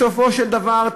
בסופו של דבר,